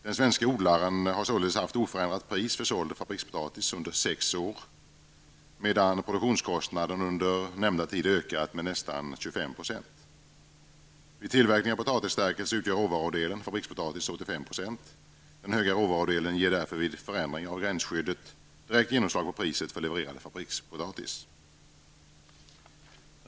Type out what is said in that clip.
Den svenska odlaren har således haft oförändrat pris för såld fabrikspotatis under sex år, medan produktionskostnaden under nämnda tid ökat med nästan 25 %. Vid tillverkning av potatisstärkelse utgör råvarudelen, fabrikspotatis, 85 %. Den höga råvarudelen ger därför vid förändringar av gränsskyddet direkt genomslag på priset för levererad fabrikspotatis.